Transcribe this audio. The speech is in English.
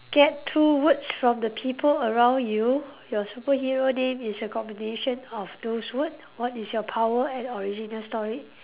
get two words from the people around you your superhero name is a combination of those word what is your power and origin story